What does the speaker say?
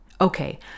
Okay